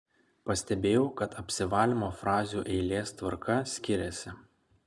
pastebėjau kad apsivalymo frazių eilės tvarka skiriasi